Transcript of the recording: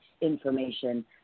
information